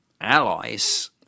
allies